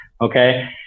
Okay